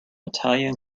italian